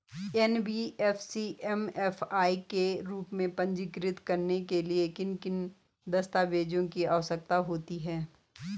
NBFC MFI के रूप में पंजीकृत कराने के लिए किन किन दस्तावेज़ों की आवश्यकता होती है?